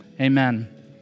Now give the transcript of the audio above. Amen